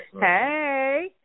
hey